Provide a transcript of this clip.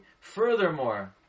Furthermore